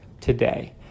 today